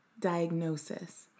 diagnosis